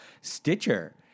Stitcher